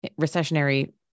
recessionary